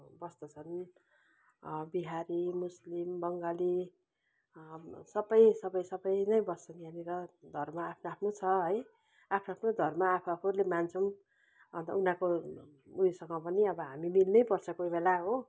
बस्छन् बिहारी मुस्लिम बङ्गाली सबै सबै सबै नै बस्छन् यहाँनिर धर्म आफ्नो आफ्नो छ है आफ्नो आफ्नो धर्म आफू आफूले मान्छौँ अन्त उनीहरूको उयोसँग पनि अब हामी मिल्नै पर्छ कोही बेला हो